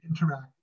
interact